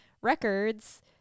records